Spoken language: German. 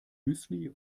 müsli